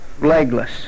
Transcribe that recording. legless